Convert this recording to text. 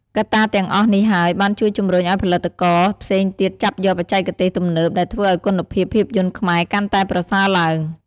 កត្តាទាំងអស់នេះហើយ បានជួយជំរុញឱ្យផលិតករផ្សេងទៀតចាប់យកបច្ចេកទេសទំនើប ដែលធ្វើឱ្យគុណភាពភាពយន្តខ្មែរកាន់តែប្រសើរឡើង។